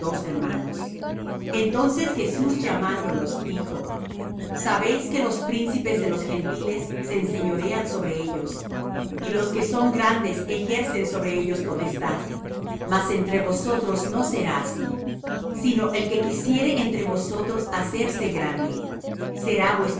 hermanos entonces jesús llamándolos dijo sabéis que los príncipes de los gentiles se enseñorean sobre ellos y los que son grandes ejercen sobre ellos potestad mas entre vosotros no será así sino el que quisiere entre vosotros hacerse grande será